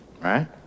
right